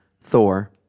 Thor